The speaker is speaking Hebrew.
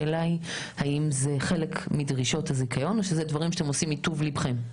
האם מדובר בחלק מדרישות הזיכיון או בדברים שאתם עושים מטוב לבכם?